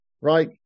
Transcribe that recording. right